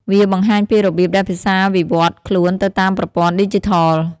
វាបង្ហាញពីរបៀបដែលភាសាវិវឌ្ឍខ្លួនទៅតាមប្រព័ន្ធឌីជីថល។